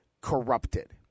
corrupted